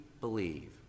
believe